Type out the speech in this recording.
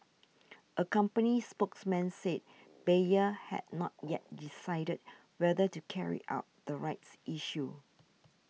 a company spokesman said Bayer had not yet decided whether to carry out the rights issue